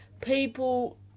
people